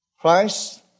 Christ